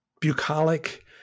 bucolic